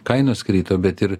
kainos krito bet ir